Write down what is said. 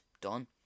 done